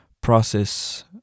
process